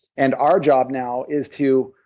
and our job now is to,